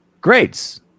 grades